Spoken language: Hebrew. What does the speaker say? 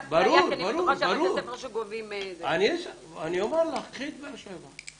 אני אומר לך, קחי את באר שבע.